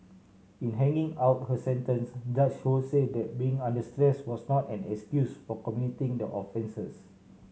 in handing out her sentence Judge Ho said that being under stress was not an excuse for committing the offences